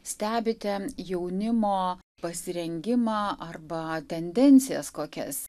stebite jaunimo pasirengimą arba tendencijas kokias